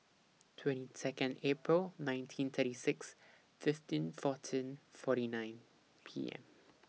twenty Second April nineteen thirty six fifteen fourteen forty nine P M